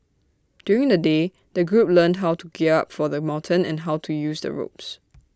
during the day the group learnt how to gear up for the mountain and how to use the ropes